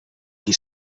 qui